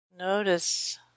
Notice